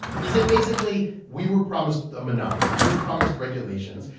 he said, basically, we were promised a monopoly. we were promised regulations.